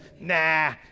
nah